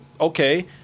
okay